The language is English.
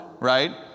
right